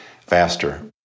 faster